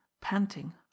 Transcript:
panting